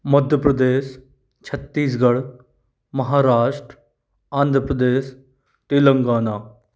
Madhya Pradesh Chhattisgarh Maharashtra Andhra Pradesh Telangana